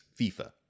FIFA